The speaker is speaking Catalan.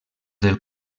del